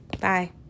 Bye